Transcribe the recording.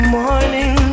morning